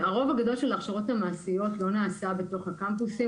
הרוב הגדול של ההכשרות המעשיות לא נעשה בתוך הקמפוסים,